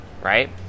right